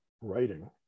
writing